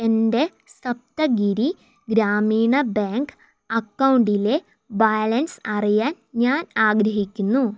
എൻ്റെ സപ്തഗിരി ഗ്രാമീണ ബാങ്ക് അക്കൗണ്ടിലെ ബാലൻസ് അറിയാൻ ഞാൻ ആഗ്രഹിക്കുന്നു